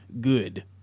good